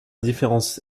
différence